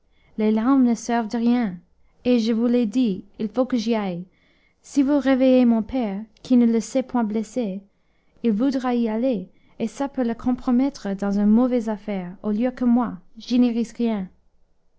les larmes ne servent de rien et je vous l'ai dit il faut que j'y aille si vous réveillez mon père qui ne le sait point blessé il voudra y aller et ça peut le compromettre dans une mauvaise affaire au lieu que moi je n'y risque rien